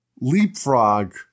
leapfrog